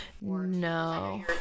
No